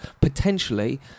Potentially